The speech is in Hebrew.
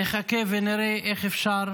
נחכה ונראה איך אפשר